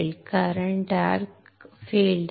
कारण field dark आहे